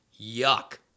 Yuck